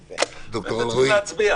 הרי זה כלי עבודה בשבילכם.